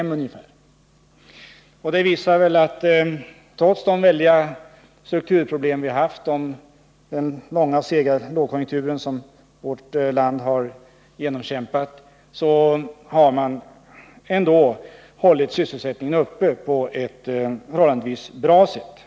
Vid internationella jämförelser visar det sig alltså att trots de väldiga strukturproblem vi har haft, den långa och sega lågkonjunktur vårt land har genomkämpat, så har vi ändå hållit sysselsättningen uppe på ett förhållandevis bra sätt.